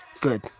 Good